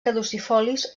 caducifolis